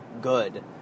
good